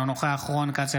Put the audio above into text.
אינו נוכח רון כץ,